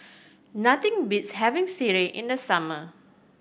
nothing beats having sireh in the summer